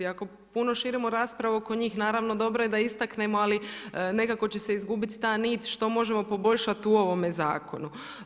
Ako puno širimo raspravu oko njih, naravno dobro je da istaknemo ali nekako će se izgubiti ta nit što možemo poboljšati u ovome zakonu.